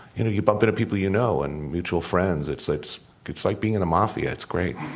you know you bump into people you know and mutual friends it's it's it's like being in the mafia, it's great